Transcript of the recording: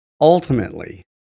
ultimately